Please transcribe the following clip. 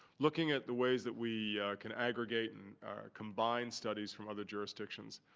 looking at the ways that we can aggregate and combine studies from other jurisdictions,